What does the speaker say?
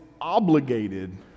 obligated